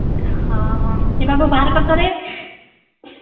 ହଁ ହଁ ଏ ବାବୁ ବାହାର୍ କର୍ ତ ରେ